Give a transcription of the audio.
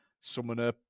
Summoner